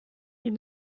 ils